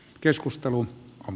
keskustelu on